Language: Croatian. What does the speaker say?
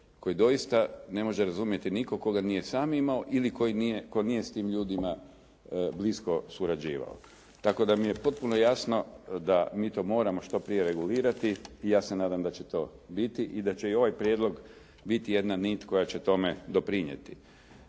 koji doista ne može razumjeti nitko tko ga sam nije imao ili koji nije s tim ljudima blisko surađivao. Tako da mi je potpuno jasno da mi to moramo što prije regulirati i ja se nadam da će to biti i da će ovaj prijedlog biti jedna nit koja će tome doprinijeti.